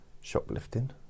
shoplifting